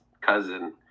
cousin